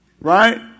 Right